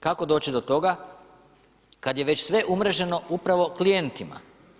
Kako doći do toga kad je već sve umreženo upravo klijentima?